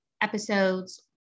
episodes